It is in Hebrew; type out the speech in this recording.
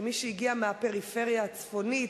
כמי שהגיע מהפריפריה הצפונית,